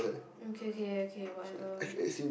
okay okay okay whatever